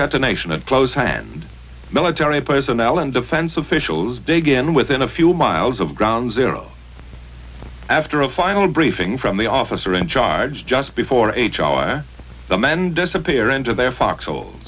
detonation of close hand military personnel and defense officials begin within a few miles of ground zero after a final briefing from the officer in charge just before age our men disappear into their foxhole